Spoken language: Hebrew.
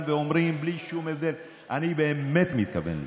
ואומרים "בלי שום הבדל" אני באמת מתכוון לזה.